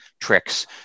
tricks